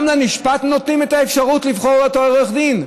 גם לנשפט נותנים את האפשרות לבחור את עורך הדין?